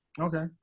Okay